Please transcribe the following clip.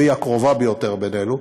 והיא הקרובה ביותר אלינו,